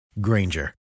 Granger